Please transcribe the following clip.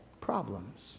problems